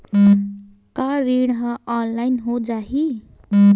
का ऋण ह ऑनलाइन हो जाही?